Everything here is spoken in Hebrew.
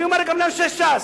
אני אומר גם לאנשי ש"ס,